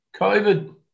COVID